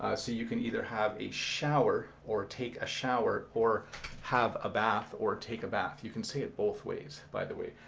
you can either have a shower or take a shower or have a bath or take a bath. you can say it both ways, by the way.